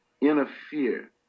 interfere